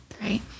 Right